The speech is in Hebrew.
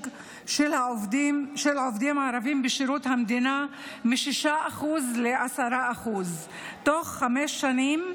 של עובדים ערבים בשירות המדינה מ-6% ל-10% תוך חמש שנים.